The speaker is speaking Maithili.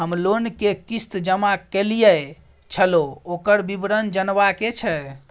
हम लोन के किस्त जमा कैलियै छलौं, ओकर विवरण जनबा के छै?